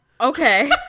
Okay